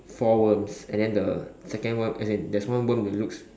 four worms and then the second worm as in there's one worm that looks